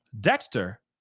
Dexter